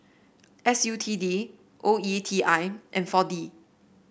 S U T D O E T I and four D